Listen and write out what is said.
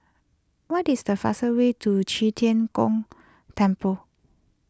what is the faster way to Qi Tian Gong Temple